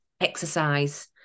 exercise